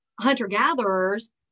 hunter-gatherers